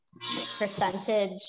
percentage